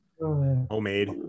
Homemade